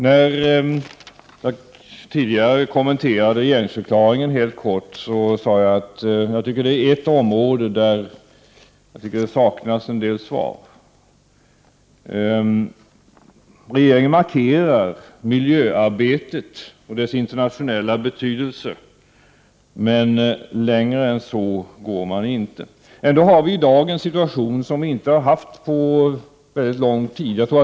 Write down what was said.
När jag tidigare kommenterade regeringens deklaration helt kort sade jag att jag tycker att det finns ett område där det saknas en del svar. Regeringen markerar miljöarbetet och dess internationella betydelse, men längre än så går man inte. Ändå har vi i dag en situation som vi inte haft på väldigt länge.